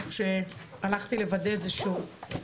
כך שהלכתי לוודא את זה שוב,